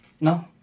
No